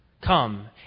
Come